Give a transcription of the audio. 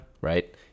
Right